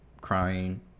crying